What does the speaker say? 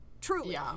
Truly